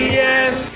yes